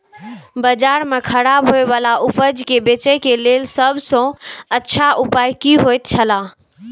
बाजार में खराब होय वाला उपज के बेचे के लेल सब सॉ अच्छा उपाय की होयत छला?